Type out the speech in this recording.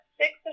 six